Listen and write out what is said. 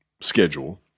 schedule